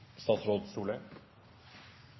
statsråd